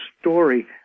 story